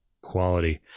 quality